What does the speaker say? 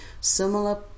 similar